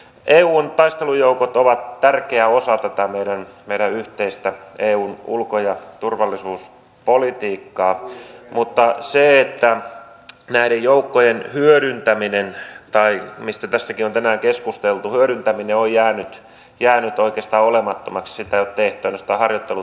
eun taistelujoukot ovat tärkeä osa tätä meidän yhteistä eun ulko ja turvallisuuspolitiikkaa mutta näiden joukkojen hyödyntäminen tästäkin on tänään keskusteltu on jäänyt oikeastaan olemattomaksi sitä ei ole tehty ainoastaan harjoittelutoimintaa